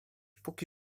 póki